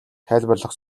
тайлбарлах